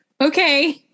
okay